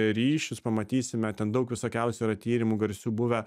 ryšius pamatysime ten daug visokiausių yra tyrimų garsių buvę